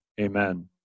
Amen